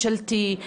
ממשלתי,